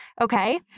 okay